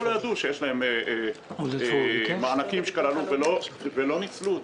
לא ידעו שיש להם מענקים כאלה ולא ניצלו אותם.